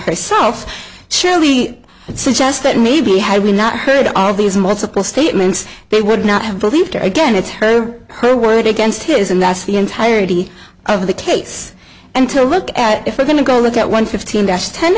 herself surely and suggest that maybe had we not heard all these multiple statements they would not have believed her again it's her her word against his and that's the entirety of the case and to look at if we're going to go look at one fifteen dash ten